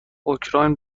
اوکراین